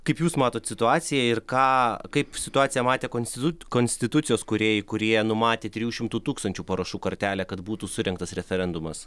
kaip jūs matot situaciją ir ką kaip situaciją matė konstitut konstitucijos kūrėjai kurie numatė trijų šimtų tūkstančių parašų kartelę kad būtų surengtas referendumas